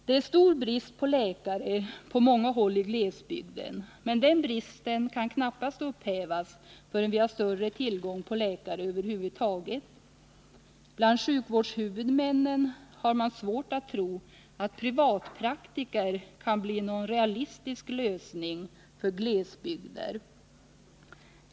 Det är stor brist på läkare på många håll i glesbygden. Men den bristen kan knappast hävas förrän vi har större tillgång på läkare över huvud taget. Bland sjukvårdshuvudmännen har man svårt att tro att privatpraktiker kan bli någon realistisk lösning för glesbygder.